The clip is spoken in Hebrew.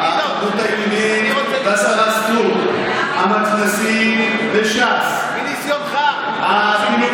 היהודית לשרה סטרוק, המתנ"סים לש"ס, החינוך